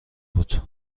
بود